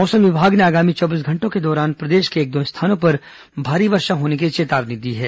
मौसम मौसम विभाग ने आगामी चौबीस घंटों के दौरान प्रदेश के एक दो स्थानों पर भारी वर्षा होने की चेतावनी दी है